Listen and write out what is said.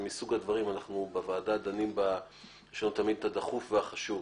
זה מסוג הדברים אנחנו בוועדה דנים יש לנו תמיד את הדחוף והחשוב.